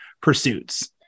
pursuits